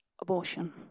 Abortion